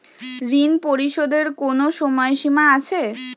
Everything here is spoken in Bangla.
ঋণ পরিশোধের কোনো সময় সীমা আছে?